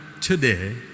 today